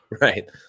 right